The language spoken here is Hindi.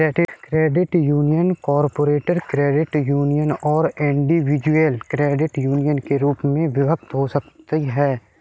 credit union corporate credit union और इंडिविजुअल क्रेडिट यूनियन के रूप में विभक्त हो सकती हैं